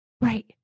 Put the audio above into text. right